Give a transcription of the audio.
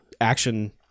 action